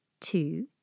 two